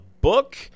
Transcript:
book